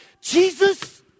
Jesus